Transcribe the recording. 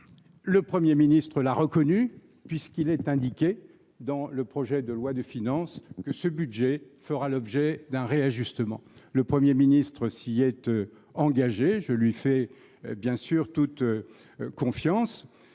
le Premier ministre l’a reconnu, puisque le projet de loi de finances indique que ce budget fera l’objet d’un réajustement. Le Premier ministre s’y est engagé ; je lui fais, bien sûr, toute confiance.